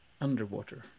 Underwater